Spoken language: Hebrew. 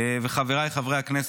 חבריי חברי הכנסת,